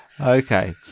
Okay